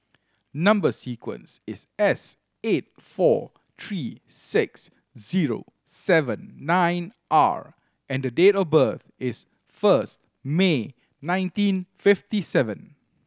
number sequence is S eight four three six zero seven nine R and date of birth is first May nineteen fifty seven